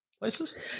places